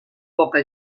poca